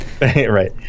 Right